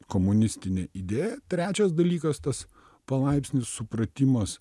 komunistinė idėja trečias dalykas tas palaipsnis supratimas